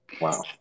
Wow